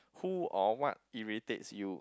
who or what irritates you